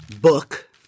Book